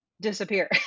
disappear